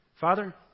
Father